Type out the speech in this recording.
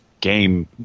game